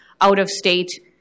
out-of-state